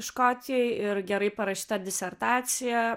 škotijoj ir gerai parašyta disertacija